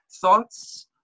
thoughts